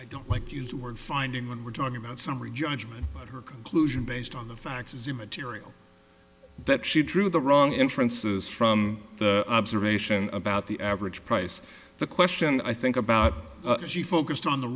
i don't like use the word finding when we're talking about summary judgment but her conclusion based on the facts is immaterial that she drew the wrong inferences from the observation about the average price the question i think about she focused on the